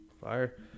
Fire